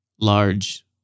large